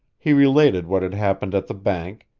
he related what had happened at the bank,